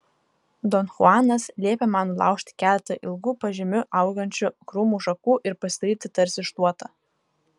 don chuanas liepė man nulaužti keletą ilgų pažemiu augančių krūmų šakų ir pasidaryti tarsi šluotą